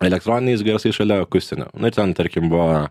elektroniniais garsais šalia akustinio nu ir ten tarkim buvo